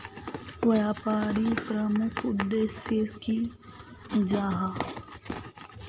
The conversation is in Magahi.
व्यापारी प्रमुख उद्देश्य की जाहा?